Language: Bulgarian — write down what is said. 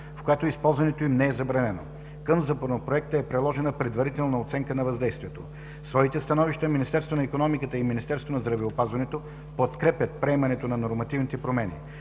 в която използването им не е забранено. Към Законопроекта е приложена Предварителна оценка на въздействието. В своите становища Министерството на икономиката и Министерството на здравеопазването подкрепят приемането на нормативните промени.